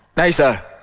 no, sir.